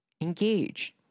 Engage